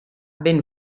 ben